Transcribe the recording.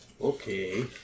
Okay